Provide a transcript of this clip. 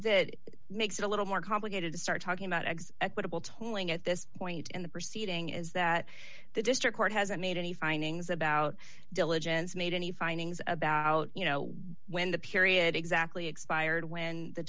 that makes it a little more complicated to start talking about eggs equitable tolling at this point in the proceeding is that the district court hasn't made any findings about diligence made any findings about you know when the period exactly expired when the